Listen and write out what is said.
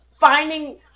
finding